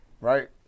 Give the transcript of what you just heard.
Right